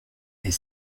est